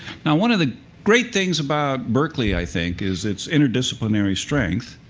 one of the great things about berkeley, i think, is its interdisciplinary strength.